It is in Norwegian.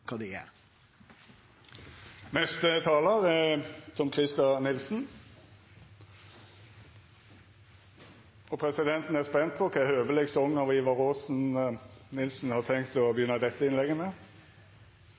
talar er Tom-Christer Nilsen. Presidenten er spent på kva høveleg song av Ivar Aasen representanten Nilsen har tenkt å